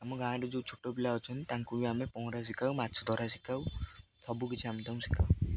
ଆମ ଗାଁରେ ଯେଉଁ ଛୋଟ ପିଲା ଅଛନ୍ତି ତାଙ୍କୁ ବି ଆମେ ପହଁରା ଶିଖାଉ ମାଛ ଧରା ଶିଖାଉ ସବୁକିଛି ଆମେ ତାଙ୍କୁ ଶିଖାଉ